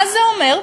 מה זה אומר?